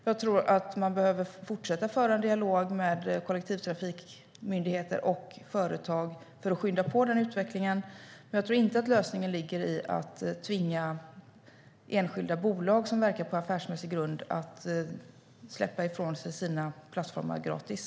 Jag tror att man behöver fortsätta att föra en dialog med kollektivtrafikmyndigheter och företag för att skynda på utvecklingen, men jag tror inte att lösningen ligger i att tvinga enskilda bolag som verkar på affärsmässig grund att släppa ifrån sig sina plattformar gratis.